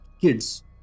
kids